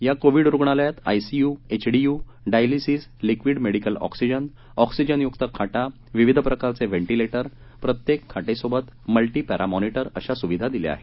या कोविड रुग्णालयात ICU HDU dialysis liquid medical oxygen oxygen युक्त खाटा विविध प्रकारचे व्हॅटिलेटर प्रत्येक खाटेसोबत मल्टी प्रधीमॉनिटर अशा सुविधा देण्यात आल्या आहेत